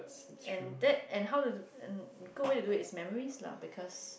and that and how does and good way to do it is memories lah because